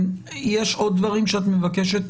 יש עוד דברים שאת מבקשת